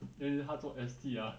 then 他做 S_T ah